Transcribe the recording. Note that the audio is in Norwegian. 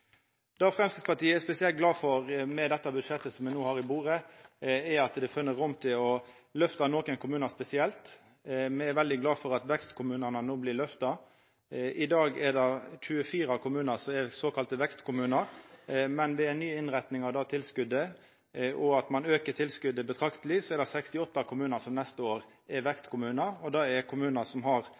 Det Framstegspartiet er spesielt glad for med dette budsjettet me no har på bordet, er at det er funne rom til å løfta nokre kommunar spesielt. Me er veldig glade for at vekstkommunane no blir løfta. I dag er det 24 kommunar som er såkalla vekstkommunar, men det er ei ny innretning av det tilskotet, og ved at ein aukar tilskotet betrakteleg, er det 68 kommunar neste år som er vekstkommunar. Det er kommunar som har